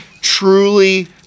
truly